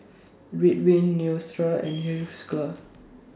Ridwind Neostrata and Hiruscar